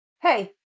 Hey